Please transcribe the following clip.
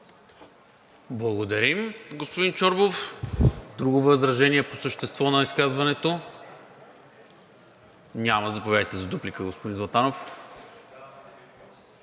Благодаря, господин Чорбов. Друго възражение по същество на изказването? Няма. Заповядайте за дуплика, господин Златанов.